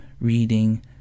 reading